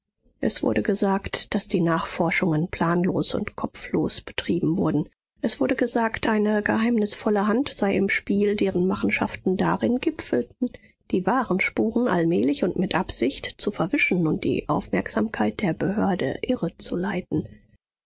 es wurde gesagt daß die nachforschungen planlos und kopflos betrieben wurden es wurde gesagt eine geheimnisvolle hand sei im spiel deren machenschaften darin gipfelten die wahren spuren allmählich und mit absicht zu verwischen und die aufmerksamkeit der behörde irrezuleiten wer